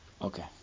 Okay